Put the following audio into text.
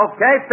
Okay